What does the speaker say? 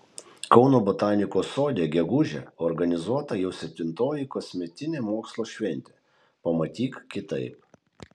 kauno botanikos sode gegužę organizuota jau septintoji kasmetinė mokslo šventė pamatyk kitaip